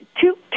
two